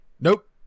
Nope